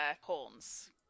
horns